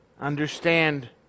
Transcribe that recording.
Understand